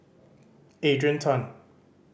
Adrian Tan